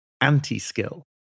anti-skill